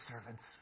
servant's